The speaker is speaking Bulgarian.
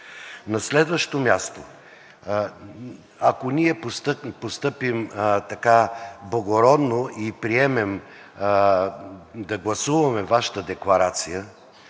На следващо място. Ако ние постъпим благородно и приемем да гласуваме Вашата декларация,